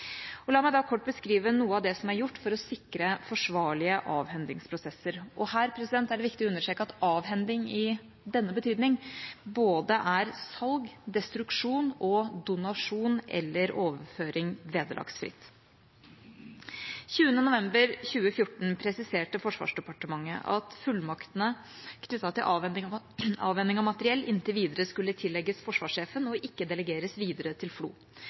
La meg da kort beskrive noe av det som er gjort for å sikre forsvarlige avhendingsprosesser, og her er det viktig å understreke at avhending i denne betydning er både salg, destruksjon og donasjon eller overføring vederlagsfritt. Den 20. november 2014 presiserte Forsvarsdepartementet at fullmaktene knyttet til avhending av materiell inntil videre skulle tillegges forsvarssjefen, og ikke delegeres videre til FLO.